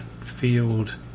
field